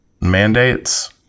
mandates